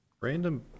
random